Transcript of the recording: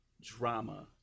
drama